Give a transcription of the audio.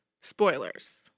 spoilers